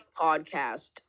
podcast